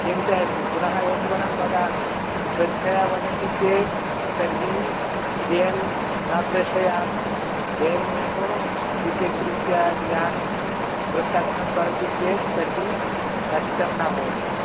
चिन्तयतु पुनः एकवरं वदामि स्वच्छया वदति चेत् तर्हि जेल् न प्रेषयामि एवमेव दिचक्रिकायानं प्रत्यर्पणं करोति चेत् तर्हि कष्टं न भवति